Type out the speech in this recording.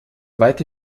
weite